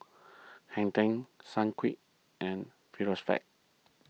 Hang ten Sunquick and